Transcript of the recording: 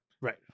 Right